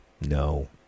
No